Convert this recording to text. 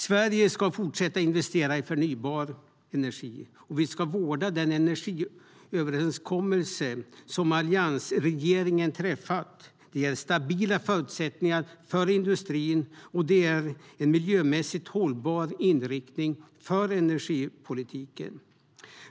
Sverige ska fortsätta att investera i förnybar energi, och vi ska vårda den energiöverenskommelse som alliansregeringen har träffat. Det ger stabila förutsättningar för industrin och är en miljömässigt hållbar inriktning för energipolitiken.